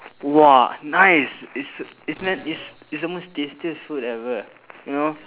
!wah! nice is is meant is is the most tastiest food ever you know